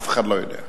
אף אחד לא יודע.